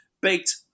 baked